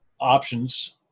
options